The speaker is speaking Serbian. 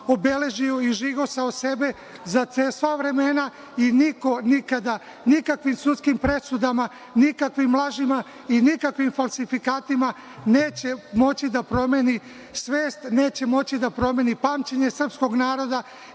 obeležio i žigosao sebe za sva vremena i niko nikada nikakvim sudskim presudama, nikakvim lažima i nikakvim falsifikatima neće moći da promeni svest, neće moći da promeni pamćenje srpskog naroda